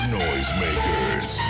noisemakers